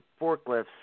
forklifts